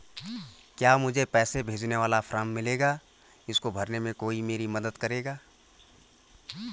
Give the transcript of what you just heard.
क्या मुझे पैसे भेजने वाला फॉर्म मिलेगा इसको भरने में कोई मेरी मदद करेगा?